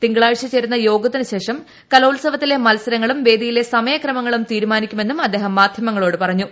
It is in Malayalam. തിങ്കളാഴ്ച ചേരുന്ന യോഗത്തിന് ശേഷം കലോത്സവത്തിലെ മത്സരങ്ങളും വേദിയിലെ സമയക്രമങ്ങളും തീരുമാനിക്കുമെന്നും അദ്ദേഹം മാധ്യമങ്ങളോട് പറഞ്ഞു